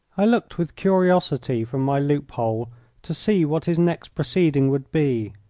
i looked with curiosity from my loophole to see what his next proceeding would be.